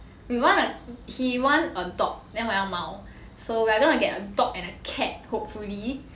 we want a he want a dog then 我要猫 so we're gonna get a dog and a cat hopefully